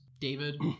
David